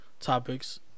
topics